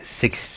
six